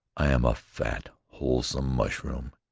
i am a fat, wholesome mushroom,